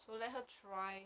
so let her try